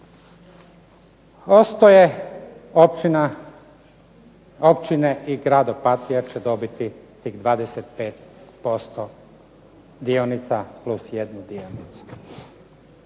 Ostoje općine i grad Opatija će dobiti tih 25% dionica plus jednu dionicu.